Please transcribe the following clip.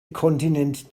kontinent